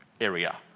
area